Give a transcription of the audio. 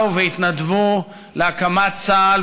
הם באו והתנדבו להקמת צה"ל,